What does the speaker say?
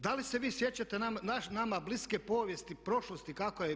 Da li se vi sjećate nama bliske povijesti, prošlosti kako je bilo?